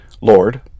Lord